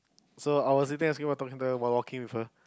so I was eating ice cream while talking to her while walking with her